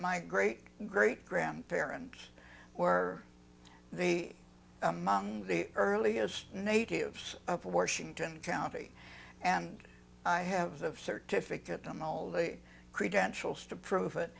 my great great grandparents were the among the earliest natives of washington county and i have of search ific at them all the credentials to prove